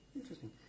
interesting